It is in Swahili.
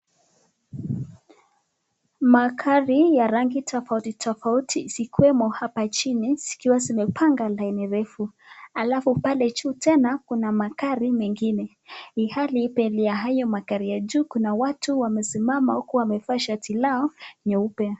Magari ya rangi tofauti tofauti zikiwemo hapa chini zikiwa zimepanga laini refu alafu pale juu tena kuna magari mengine ilhali mbele ya hayo magari ya juu kuna watu wamesimama huku wamevaa shati lao nyeupe.